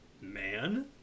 man